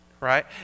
right